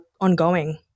ongoing